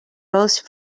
most